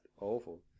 awful